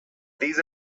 these